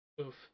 Oof